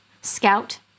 Scout